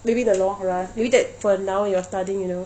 maybe in the long run maybe that for now you're studying you know